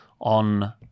on